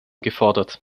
gefordert